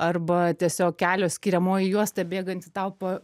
arba tiesiog kelio skiriamoji juosta bėganti tau po